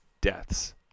deaths